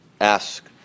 ask